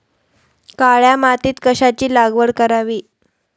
काळ्या मातीत कशाची लागवड करावी?